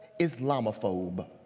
Islamophobe